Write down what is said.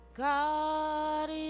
God